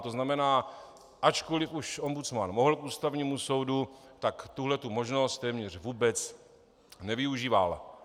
To znamená, ačkoliv už ombudsman mohl k Ústavnímu soudu, tak tuhle možnost téměř vůbec nevyužíval.